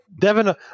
Devin